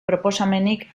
proposamenik